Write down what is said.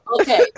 Okay